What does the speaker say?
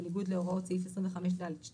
בניגוד להוראות סעיף 28(ד)(2).